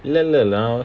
இல்ல இல்ல:illa illa